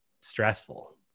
stressful